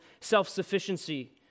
self-sufficiency